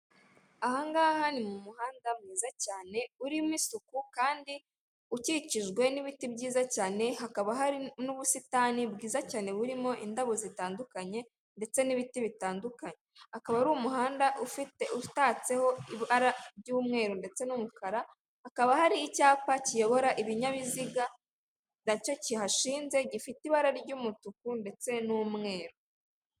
Aha ngaha ni mu muhanda mwiza cyane urimo isuku kandi ukikijwe n'ibiti byiza cyane, hakaba hari n'ubusitani bwiza cyane burimo indabo zitandukanye ndetse n'ibiti bitandukanye, akaba ari umuhanda utatseho ibara ry'umweru ndetse n'umukara, hakaba hari icyapa kiyobora ibinyabiziga na cyo kihashinze gifite ibara ry'umutuku ndetse n'umweru.